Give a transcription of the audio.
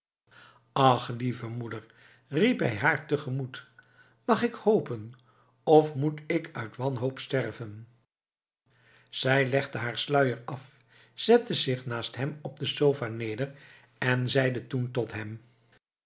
ach lieve moeder riep hij haar tegemoet mag ik hopen of moet ik uit wanhoop sterven zij legde haar sluier af zette zich naast hem op de sofa neder en zeide toen tot hem